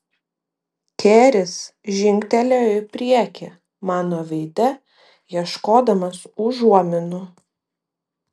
keris žingtelėjo į priekį mano veide ieškodamas užuominų